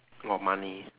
lot of money